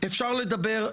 אפשר לדבר,